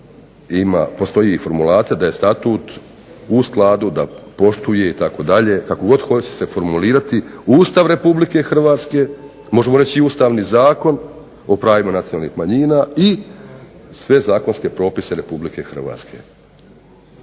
postoji i formulacija da je Statut u skladu, da poštuje itd., kako god hoćete formulirati, Ustav RH, možemo reći i Ustavni zakon o pravima nacionalnih manjina i sve zakonske propise RH. Kada se